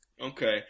Okay